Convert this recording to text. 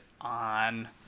on